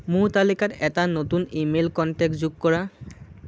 মোৰ তালিকাত এটা নতুন ই মেইল কণ্টেক্ট যোগ কৰা